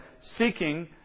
seeking